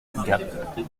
gap